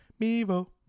Mevo